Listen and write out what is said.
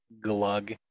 glug